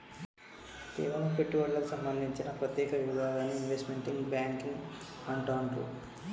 కేవలం పెట్టుబడులకు సంబంధించిన ప్రత్యేక విభాగాన్ని ఇన్వెస్ట్మెంట్ బ్యేంకింగ్ అంటుండ్రు